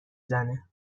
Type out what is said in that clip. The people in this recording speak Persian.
زنه